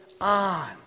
on